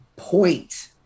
point